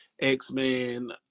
X-Men